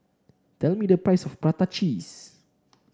tell me the price of Prata Cheese